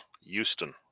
Houston